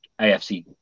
AFC